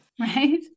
Right